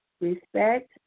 respect